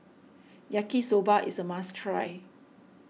Yaki Soba is a must try